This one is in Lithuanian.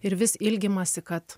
ir vis ilgimasi kad